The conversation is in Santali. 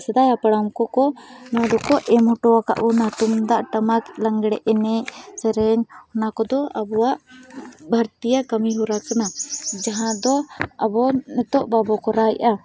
ᱥᱮᱫᱟᱭ ᱦᱟᱯᱲᱟᱢ ᱠᱚᱠᱚ ᱱᱚᱣᱟ ᱫᱚᱠᱚ ᱮᱢ ᱦᱚᱴᱚᱣᱠᱟᱫ ᱵᱚᱱᱟ ᱛᱩᱢᱫᱟᱜ ᱴᱟᱢᱟᱠ ᱞᱟᱸᱜᱽᱲᱮ ᱮᱱᱮᱡ ᱥᱮᱨᱮᱧ ᱚᱱᱟ ᱠᱚᱫᱚ ᱟᱵᱚᱣᱟᱜ ᱵᱷᱟᱨᱛᱤᱭᱟᱹ ᱠᱟᱹᱢᱤᱦᱚᱨᱟ ᱠᱟᱱᱟ ᱡᱟᱦᱟᱸ ᱫᱚ ᱟᱵᱚ ᱱᱤᱛᱚᱜ ᱵᱟᱵᱚ ᱠᱚᱨᱟᱣᱮᱫᱼᱟ